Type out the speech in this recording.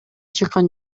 чыккан